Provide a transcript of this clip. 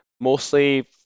mostly